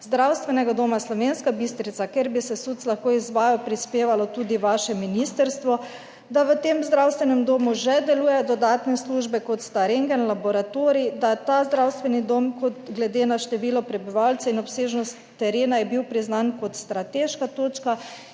Zdravstvenega doma Slovenska Bistrica, kjer bi se SUC lahko izvajal, prispevalo tudi vaše ministrstvo, da v tem zdravstvenem domu že delujejo dodatne službe, kot sta rentgen, laboratorij, in da je bil ta zdravstveni dom glede na število prebivalcev in obsežnost terena priznan kot strateška točka